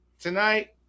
tonight